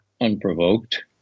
unprovoked